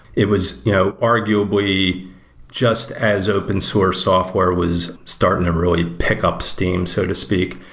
it was you know arguably just as open source software was starting to really pick up steam, so to speak.